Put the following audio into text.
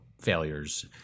failures